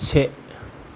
से